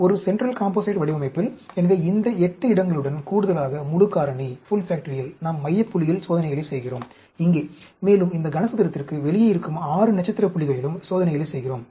ஒரு central composite வடிவமைப்பில் எனவே இந்த 8 இடங்களுடன் கூடுதலாக முழு காரணி நாம் மைய புள்ளியில் சோதனைகளை செய்கிறோம் இங்கே மேலும் இந்த கனசதுரத்திற்கு வெளியே இருக்கும் 6 நட்சத்திர புள்ளிகளிலும் சோதனைகளை செய்கிறோம்